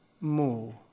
more